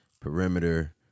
Perimeter